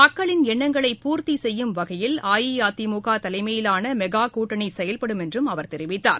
மக்களின் எண்ணங்களை பூர்த்தி செய்யும் வகையில் அஇஅதிமுக தலைமையிலான மெகா கூட்டணி செயல்படும் என்றும் அவர் தெரிவித்தார்